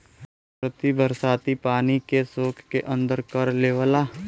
धरती बरसाती पानी के सोख के अंदर कर लेवला